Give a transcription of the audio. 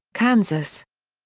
kansas.